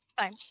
Fine